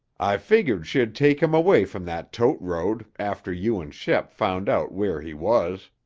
i figured she'd take him away from that tote road after you and shep found out where he was.